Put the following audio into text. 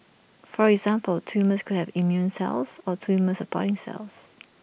for example tumours can have immune cells or tumour supporting cells